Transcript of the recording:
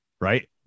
right